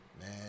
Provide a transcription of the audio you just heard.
Man